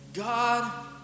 God